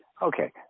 Okay